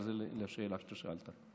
אבל זה לשאלה ששאלת.